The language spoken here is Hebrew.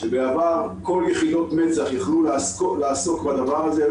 בעבר כל יחידות מצ"ח יכלו לעסוק בדבר הזה.